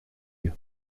you